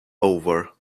over